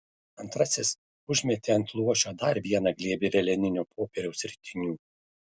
antrasis užmetė ant luošio dar vieną glėbį veleninio popieriaus ritinių